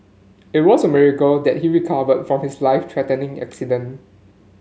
it was a miracle that he recovered from his life threatening accident